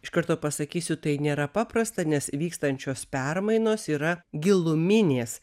iš karto pasakysiu tai nėra paprasta nes vykstančios permainos yra giluminės